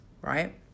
right